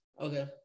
Okay